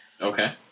okay